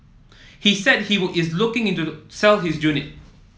he said he was is looking in to sell his unit